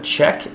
Check